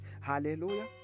Hallelujah